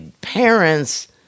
parents